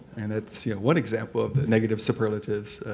and that's one example of the negative superlatives.